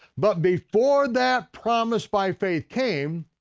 but before that promise by faith came,